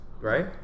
right